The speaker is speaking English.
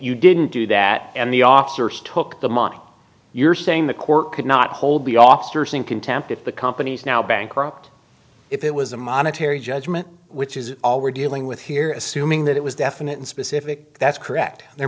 you didn't do that and the officers took the money you're saying the court could not hold the officers in contempt if the company's now bankrupt if it was a monetary judgment which is all we're dealing with here assuming that it was definite and specific that's correct there